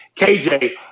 KJ